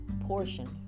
portion